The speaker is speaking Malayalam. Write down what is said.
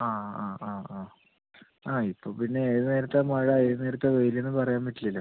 ആ ആ ആ ആ ആ ഇപ്പം പിന്നെ ഏത് നേരത്താ മഴ ഏത് നേരത്താ വെയിലെന്ന് പറയാൻ പറ്റില്ലല്ലൊ